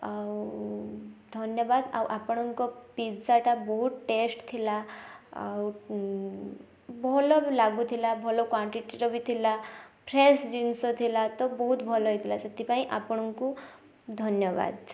ଆଉ ଧନ୍ୟବାଦ ଆଉ ଆପଣଙ୍କ ପିଜାଟା ବହୁତ ଟେଷ୍ଟ ଥିଲା ଆଉ ଭଲ ବି ଲାଗୁଥିଲା ଭଲ କ୍ୱାଣ୍ଟିଟିର ବି ଥିଲା ଫ୍ରେଶ୍ ଜିନିଷ ଥିଲା ତ ବହୁତ ଭଲ ହେଇଥିଲା ସେଥିପାଇଁ ଆପଣଙ୍କୁ ଧନ୍ୟବାଦ